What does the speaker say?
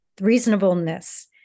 reasonableness